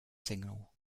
single